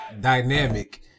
dynamic